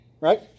right